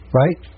right